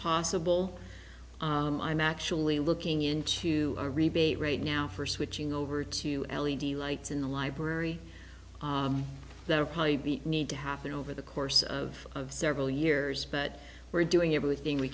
possible i'm actually looking into a rebate right now for switching over to l e d lights in the library need to happen over the course of several years but we're doing everything we